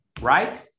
right